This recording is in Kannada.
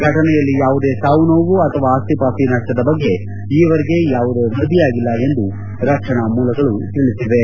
ಘಟನೆಯಲ್ಲಿ ಯಾವುದೇ ಸಾವು ನೋವು ಅಥವಾ ಆಸ್ತಿ ಪಾಸ್ತಿ ನಷ್ಟದ ಬಗ್ಗೆ ಈವರೆಗೆ ಯಾವುದೇ ವರದಿಯಾಗಿಲ್ಲ ಎಂದು ರಕ್ಷಣಾ ಮೂಲಗಳು ತಿಳಿಸಿವೆ